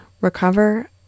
recover